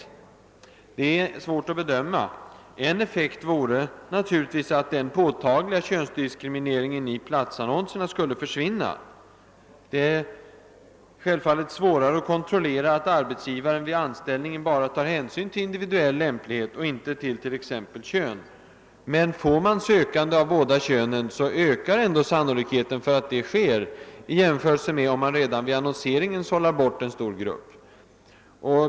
Ja, det är svårt att bedöma — en effekt vore att den påtagliga könsdiskrimineringen i platsannonserna skulle försvinna. Det är självfallet svårare att kontrollera att arbetsgivaren vid anställningen bara tar hänsyn till individuell lämplighet och inte till t.ex. kön. Men får man sökande av båda könen, ökar ändå sannolikheten för att det sker, i jämförelse med om man redan vid annonseringen sållar bort en stor grupp.